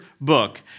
book